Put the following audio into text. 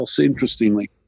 interestingly